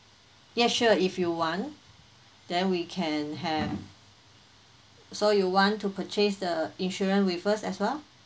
yes sure if you want then we can have so you want to purchase the insurance with us as well